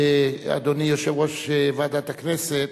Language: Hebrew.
אדוני יושב-ראש ועדת הכנסת,